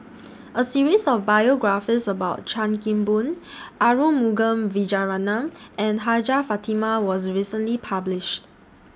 A series of biographies about Chan Kim Boon Arumugam Vijiaratnam and Hajjah Fatimah was recently published